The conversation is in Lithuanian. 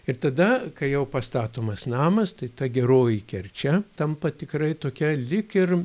ir tada kai jau pastatomas namas tai ta geroji kerčia tampa tikrai tokia lyg ir